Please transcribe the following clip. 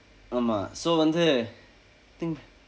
ஆமாம்:aamaam so வந்து:vanthu I thing